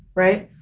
right.